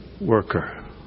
worker